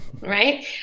right